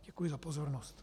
Děkuji za pozornost.